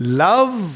love